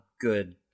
good